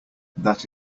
that